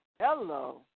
Hello